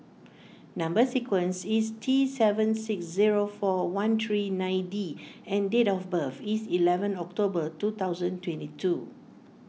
Number Sequence is T seven six zero four one three nine D and date of birth is eleven October two thousand twenty two